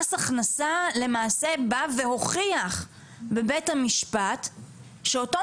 מס הכנסה למעשה בא והוכיח בבית המשפט שאותו